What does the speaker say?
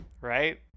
right